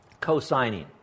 co-signing